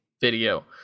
video